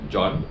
John